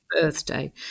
birthday